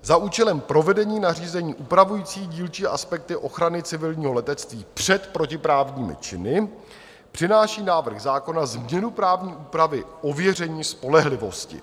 Za účelem provedení nařízení upravujícího dílčí aspekty ochrany civilního letectví před protiprávními činy přináší návrh zákona změnu právní úpravy ověření spolehlivosti.